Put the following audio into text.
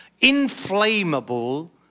inflammable